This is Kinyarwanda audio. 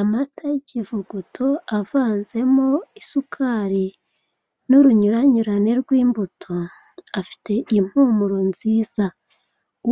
Amata y'ikivuguto avanzemo isukari n'urunyuranyurane rw'imbuto, afite impumuro nziza,